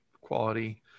quality